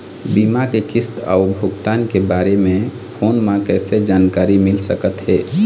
बीमा के किस्त अऊ भुगतान के बारे मे फोन म कइसे जानकारी मिल सकत हे?